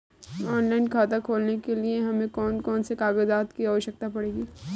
Online खाता खोलने के लिए हमें कौन कौन से कागजात की आवश्यकता पड़ेगी?